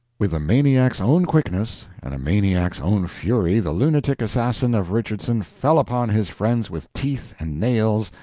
with a maniac's own quickness and a maniac's own fury the lunatic assassin of richardson fell upon his friends with teeth and nails,